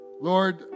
Lord